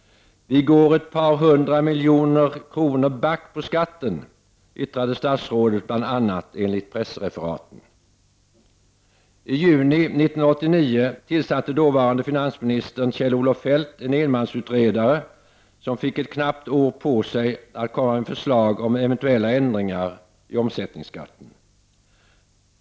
”Vi går ett par hundra miljoner back på skatten”, yttrade statsrådet bl.a., enligt pressreferaten. I juni 1989 tillsatte dåvarande finansministern Kjell-Olof Feldt en enmansutredare, som fick ett knappt år på sig att komma med förslag om eventuella ändringar i omsättningsskatten.